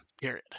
Period